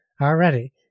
already